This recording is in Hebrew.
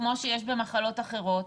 כמו שיש במחלות אחרות,